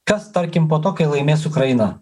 kas tarkim po to kai laimės ukraina